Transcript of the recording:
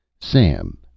Sam